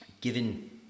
given